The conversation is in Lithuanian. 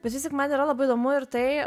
bet vis tik man yra labai įdomu ir tai